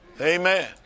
Amen